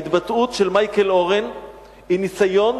ההתבטאות של מייקל אורן היא ניסיון